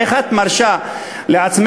איך את מרשה לעצמך,